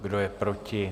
Kdo je proti?